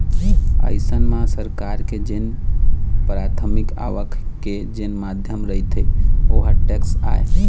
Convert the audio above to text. अइसन म सरकार के जेन पराथमिक आवक के जेन माध्यम रहिथे ओहा टेक्स आय